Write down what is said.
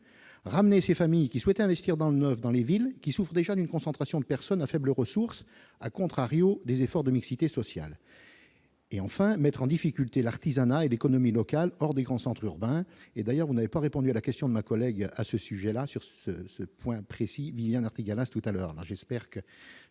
ramener ces familles qui souhaitent investir dans le 9, dans les villes qui souffrent déjà d'une concentration de personnes à faibles ressources à contrario des efforts de mixité sociale. Et enfin mettre en difficulté l'artisanat et l'économie locale hors des grands centres urbains et d'ailleurs vous n'avez pas répondu à la question de ma collègue à ce sujet-là, sur ce point précis, bien Artigalas tout à l'heure, j'espère que